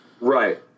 Right